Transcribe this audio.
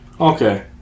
Okay